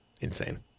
Insane